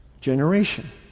generation